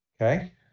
Okay